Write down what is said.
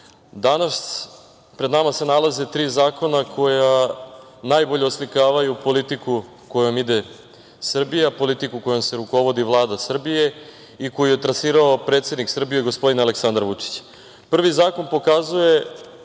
danas pred nama se nalaze tri zakona koja najbolje oslikavaju politiku kojom ide Srbija, politiku kojom se rukovodi Vlada Srbije i koju je trasirao predsednik Srbije, gospodin Aleksandar Vučić. Prvi zakon pokazuje